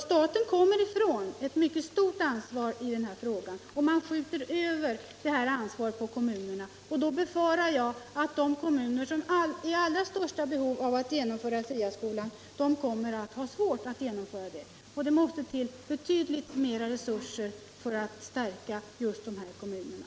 Staten slipper ifrån ett mycket stort ansvar i den här frågan om man skjuter över ansvaret på kommunerna, och då befarar jag att de kommuner som har det allra största behovet att genomföra SIA skolan kommer att få svårt att göra det. Det måste till betydligt bättre resurser för att stärka just de här kommunerna.